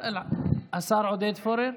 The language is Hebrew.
השר עודד פורר?